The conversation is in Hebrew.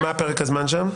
מהו פרק הזמן שם?